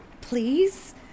please